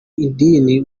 idini